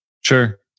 Sure